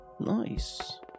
Nice